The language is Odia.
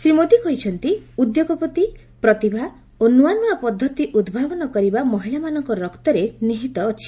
ଶ୍ରୀ ମୋଦି କହିଛନ୍ତି ଉଦ୍ୟୋଗପତି ପ୍ରତିଭା ଓ ନୂଆନୂଆ ପଦ୍ଧତି ଉଦ୍ଭାବନ କରିବା ମହିଳାମାନଙ୍କ ରକ୍ତରେ ନିହିତ ଅଛି